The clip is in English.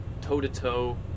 toe-to-toe